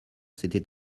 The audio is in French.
s’était